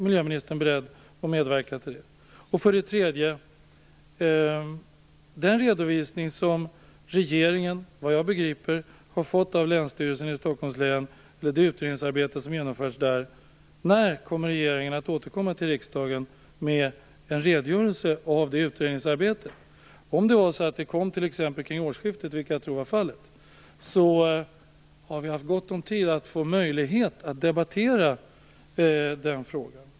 För det tredje: Vad jag begriper har regeringen fått en redovisning av Länsstyrelsen i Stockholms län för det utredningsarbete som man där har genomfört. När kommer regeringen att återkomma till riksdagen med en redogörelse för detta arbete? Om det var så att regeringen fick denna redovisning t.ex. vid årsskiftet, vilket jag tror var fallet, har vi haft gott om tid att få möjlighet att debattera frågan.